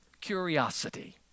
curiosity